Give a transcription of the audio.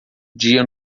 dia